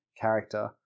character